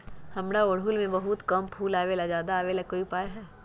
हमारा ओरहुल में बहुत कम फूल आवेला ज्यादा वाले के कोइ उपाय हैं?